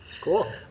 Cool